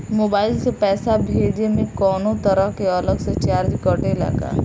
Mobile से पैसा भेजे मे कौनों तरह के अलग से चार्ज कटेला का?